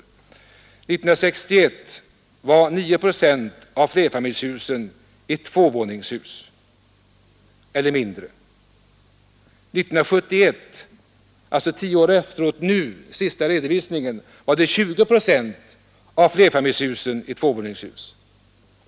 År 1961 var 9 procent av flerfamiljshusen högst tvåvåningshus. Vid den senaste redovisningen år 1971 var 20 procent av flerfamiljshusen högst tvåvåningshus.